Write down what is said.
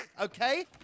okay